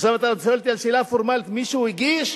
עכשיו אתה שואל אותי את השאלה הפורמלית: מישהו הגיש?